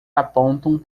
apontam